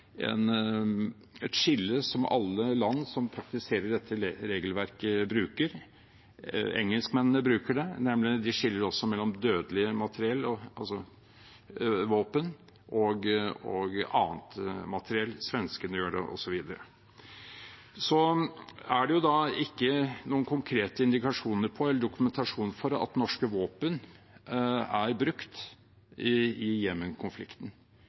et skille som alle land som praktiserer dette regelverket, bruker. Engelskmennene bruker det – de skiller mellom dødelig materiell, altså våpen, og annet materiell – svenskene gjør det, og så videre. Det er ingen konkrete indikasjoner på eller dokumentasjon for at norske våpen er brukt i